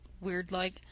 weird-like